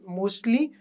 mostly